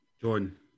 Jordan